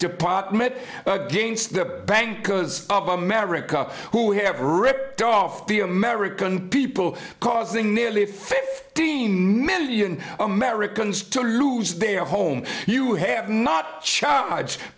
department against the bank because of america who have ripped off the american people causing nearly fifteen million americans to lose their home you have not cha